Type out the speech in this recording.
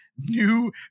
new